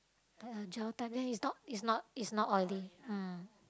like a gel type then it's not it's not it's not oily